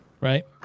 right